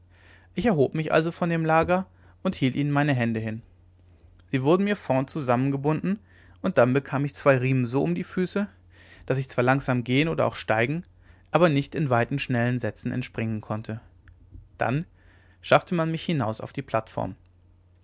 ich erhob mich also von dem lager und hielt ihnen meine hände hin sie wurden mir vorn zusammengebunden und dann bekam ich zwei riemen so an die füße daß ich zwar langsam gehen oder auch steigen aber nicht in weiten schnellen sätzen entspringen konnte dann schaffte man mich hinaus auf die plattform